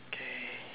okay